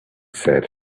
said